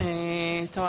טוב,